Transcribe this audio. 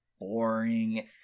boring